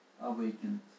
awakened